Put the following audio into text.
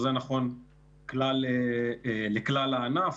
זה נכון לכלל הענף,